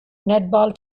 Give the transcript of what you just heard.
netball